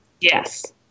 Yes